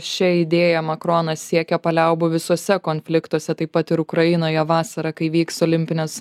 šia idėja makronas siekia paliaubų visuose konfliktuose taip pat ir ukrainoje vasarą kai vyks olimpinės